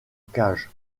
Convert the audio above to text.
cage